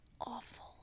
awful